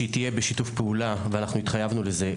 הבנו את הצורך ומזה זמן רב אנחנו מנסים לאייש את המשרה הזאת.